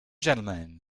gentlemen